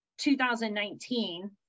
2019